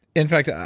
in fact,